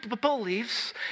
beliefs